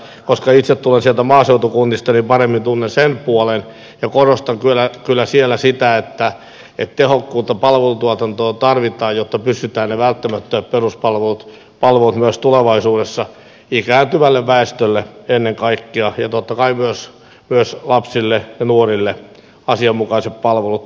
koska itse tulen sieltä maaseutukunnasta niin paremmin tunnen sen puolen ja korostan kyllä siellä sitä että tehokkuutta palvelutuotantoon tarvitaan jotta pystytään ne välttämättömät peruspalvelut myös tulevaisuudessa ikääntyvälle väestölle ennen kaikkea ja totta kai myös lapsille ja nuorille asianmukaiset palvelut turvaamaan